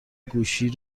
گوشی